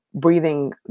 breathing